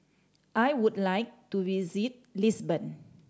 I would like to visit Lisbon